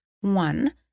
One